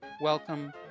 welcome